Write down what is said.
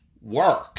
work